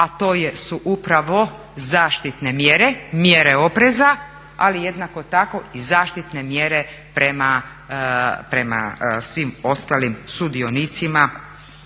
a to su upravo zaštitne mjere, mjere opreza ali jednako tako i zaštitne mjere prema svim ostalim sudionicima